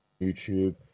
YouTube